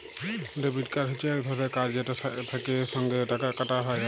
debit card হচ্যে এক রকমের কার্ড যেটা থেক্যে সঙ্গে সঙ্গে টাকা কাটা যায়